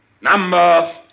Number